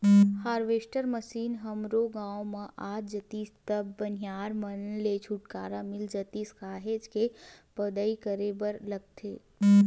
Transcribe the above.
harvester machine हमरो गाँव म आ जातिस त बनिहार मन ले छुटकारा मिल जातिस काहेच के पदई करे बर लगथे